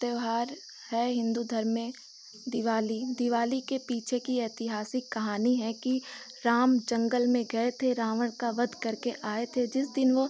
त्यौहार है हिन्दू धर्म में दिवाली दिवाली के पीछे की ऐतिहासिक कहानी है कि राम जंगल में गए थे रावण का वध करके आए थे जिस दिन वह